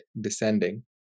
descending